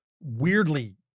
weirdly